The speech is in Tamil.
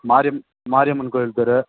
மாரியம் மாரியம்மன் கோயில் தெரு